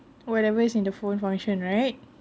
whatever is in the phone function right